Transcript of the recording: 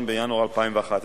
1 בינואר 2011,